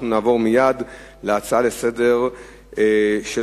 נעבור מייד להצעה לסדר-היום מס' 1125,